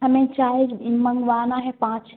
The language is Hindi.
हमें चाय मंगवाना है पाँच